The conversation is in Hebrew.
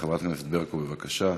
חברת הכנסת ברקו, בבקשה.